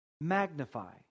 magnify